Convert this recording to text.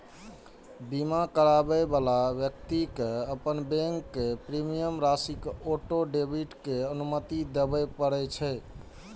बीमा कराबै बला व्यक्ति कें अपन बैंक कें प्रीमियम राशिक ऑटो डेबिट के अनुमति देबय पड़ै छै